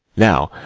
now,